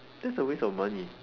that's a waste of money